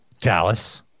Dallas